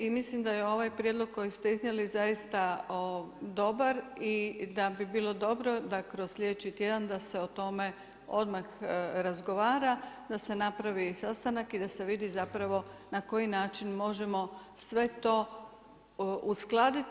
I mislim da je ovaj prijedlog kojeg ste iznijeli zaista dobar i da bi bilo dobro da kroz sljedeći tjedan da se o tome odmah razgovara, da se napravi sastanak i da se vidi zapravo na koji način možemo sve to uskladiti.